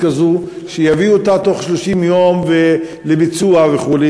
כזו שיביאו אותה תוך 30 יום לביצוע וכו'.